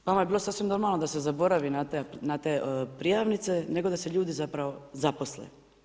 Znači, vama je bio sasvim normalno da se zaboravi na te prijavnice, nego da se ljudi zapravo zaposle.